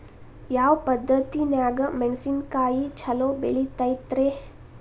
ಯಾವ ಪದ್ಧತಿನ್ಯಾಗ ಮೆಣಿಸಿನಕಾಯಿ ಛಲೋ ಬೆಳಿತೈತ್ರೇ?